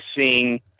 seeing